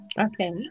Okay